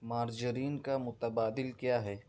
margarine کا متبادل کیا ہے